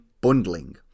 bundling